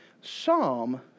Psalm